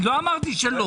אני לא אמרתי שלא.